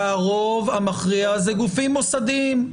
זה אומר שהרוב המכריע זה גופים מוסדיים.